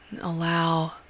Allow